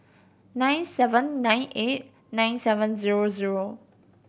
nine seven nine eight nine seven zero zero